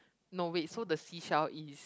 no wait so the seashell is